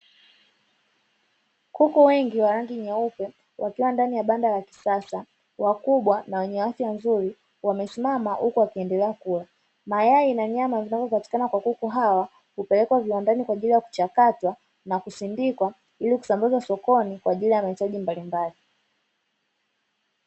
Kuku wengi wa rangi nyeupe wakiwa ndani ya banda la kisasa. Wakubwa na wenye afya nzuri wamesimama huku wakiendelea kula. Mayai na nyama vinavyopatikana kwa kuku hawa, hupelekwa viwandani kwa ajili ya kuchakatwa na kusindikwa ili kusambazwa sokoni kwa ajili ya mahitaji mbalimbali.